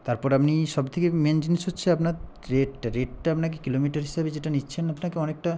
তারপর আপনি সবথেকে মেন জিনিস হচ্ছে আপনার রেটটা রেটটা আপনাকে কিলোমিটার হিসাবে যেটা নিচ্ছেন আপনাকে অনেকটা